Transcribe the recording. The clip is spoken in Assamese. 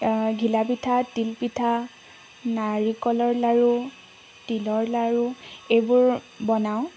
ঘিলা পিঠা তিল পিঠা নাৰিকলৰ লাৰু তিলৰ লাৰু এইবোৰ বনাওঁ